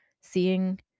Seeing